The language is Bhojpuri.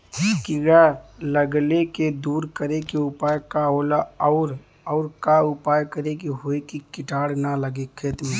कीड़ा लगले के दूर करे के उपाय का होला और और का उपाय करें कि होयी की कीड़ा न लगे खेत मे?